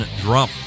drum